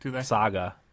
Saga